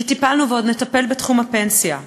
כי טיפלנו ועוד נטפל בתחום הפנסיה,